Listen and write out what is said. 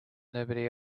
nobody